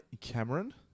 Cameron